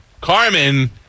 Carmen